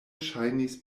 ŝajnis